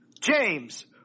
James